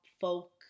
folk